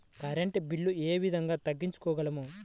Current bill ఏ విధంగా తగ్గించుకోగలము?